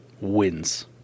wins